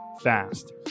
fast